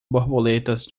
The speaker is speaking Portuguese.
borboletas